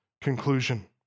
conclusion